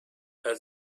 had